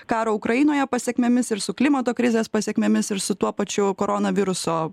karo ukrainoje pasekmėmis ir su klimato krizės pasekmėmis ir su tuo pačiu koronaviruso